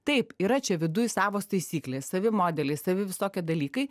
taip yra čia viduj savos taisyklės savi modeliai savi visokie dalykai